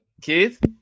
Keith